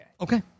Okay